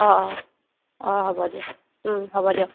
অ অ অ হ'ব দিয়ক হ'ব দিয়ক